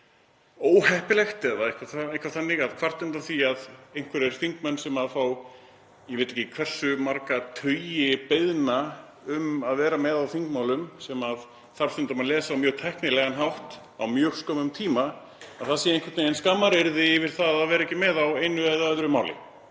pínu óheppilegt að kvarta undan því að einhverjir þingmenn sem fá, ég veit ekki hversu marga tugi beiðna um að vera með á þingmálum, sem þarf stundum að lesa á mjög tæknilegan hátt á mjög skömmum tíma, að það sé einhvern veginn skammaryrði yfir það að vera ekki með á einu eða öðru máli.